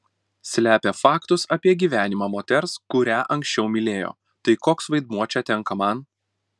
slepia faktus apie gyvenimą moters kurią anksčiau mylėjo tai koks vaidmuo čia tenka man